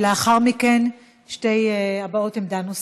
לאחר מכן, שתי הבעות עמדה נוספת.